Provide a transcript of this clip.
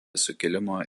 sukilimo